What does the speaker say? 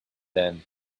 then